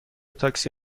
تاکسی